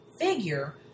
figure